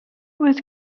was